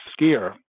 skier